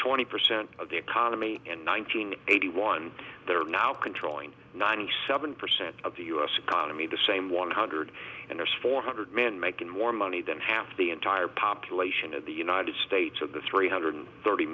twenty percent of the economy and nine hundred eighty one there now controlling ninety seven percent of the us economy the same one hundred and there's four hundred men making more money than half the entire population of the united states of the three hundred thirty